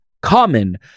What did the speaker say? common